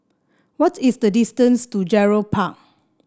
what is the distance to Gerald Park